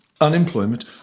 unemployment